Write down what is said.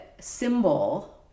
symbol